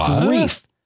grief